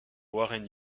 warren